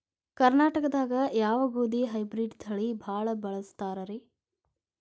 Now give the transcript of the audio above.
ಕರ್ನಾಟಕದಾಗ ಯಾವ ಗೋಧಿ ಹೈಬ್ರಿಡ್ ತಳಿ ಭಾಳ ಬಳಸ್ತಾರ ರೇ?